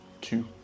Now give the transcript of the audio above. two